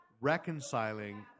reconciling